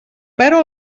però